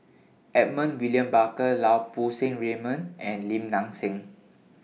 Edmund William Barker Lau Poo Seng Raymond and Lim Nang Seng